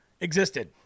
existed